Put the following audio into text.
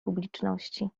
publiczności